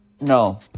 No